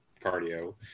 cardio